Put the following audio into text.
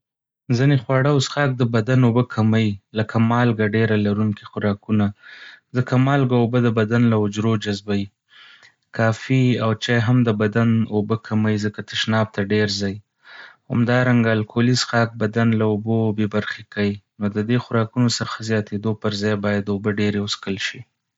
ځینې خواړه او څښاک د بدن اوبه کموي. لکه مالګه ډېره لرونکي خوراکونه، ځکه مالګه اوبه د بدن له حجرو جذبوي. کافي او چای هم د بدن اوبه کموي ځکه تشناب ته ډير ځي. همدارنګه، الکولي څښاک بدن له اوبو بې برخې کوي. نو ددې خوراکونو څخه زیاتېدو پر ځای باید اوبه ډېرې وڅښل شي.